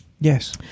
Yes